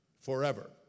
forever